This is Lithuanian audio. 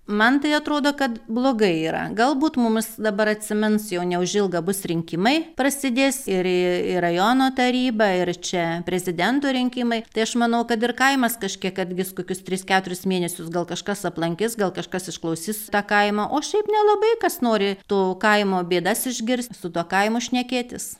man tai atrodo kad blogai yra galbūt mumis dabar atsimins jau neužilgo bus rinkimai prasidės ir į rajono tarybą ir čia prezidento rinkimai tai aš manau kad ir kaimas kažkiek atgis kokius tris keturis mėnesius gal kažkas aplankys gal kažkas išklausys tą kaimą o šiaip nelabai kas nori to kaimo bėdas išgirst su tuo kaimu šnekėtis